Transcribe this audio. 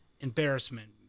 embarrassment